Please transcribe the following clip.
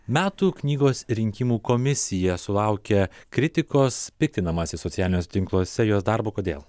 metų knygos rinkimų komisija sulaukia kritikos piktinamasi socialiniuose tinkluose jos darbu kodėl